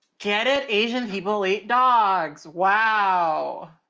get it. asian people eat dogs. wow.